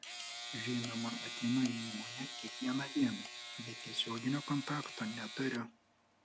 žinoma ateinu į įmonę kiekvieną dieną bet tiesioginio kontakto neturiu